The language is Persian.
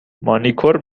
مانیکور